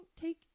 take